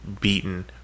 beaten